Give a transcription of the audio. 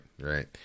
right